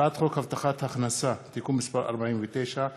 הצעת חוק הבטחת הכנסה (תיקון מס' 49),